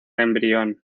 embrión